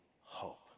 hope